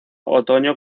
otoño